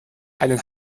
einen